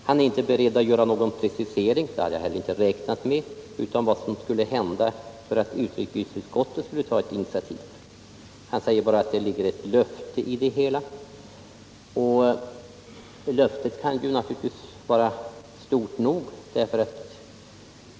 Han är inte beredd att göra någon precisering — det hade jag inte heller räknat med — av vad som skulle hända för att utrikesutskottet skulle ta ett initiativ. Han sade att det ligger ett löfte i utskottets skrivning. Ett löfte kan naturligtvis vara stort nog.